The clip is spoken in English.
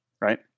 right